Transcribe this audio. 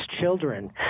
children